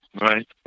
Right